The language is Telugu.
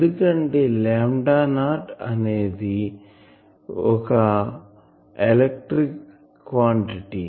ఎందుకంటే 0 అనేది ఒక ఎలక్ట్రిక్ క్వాంటిటీ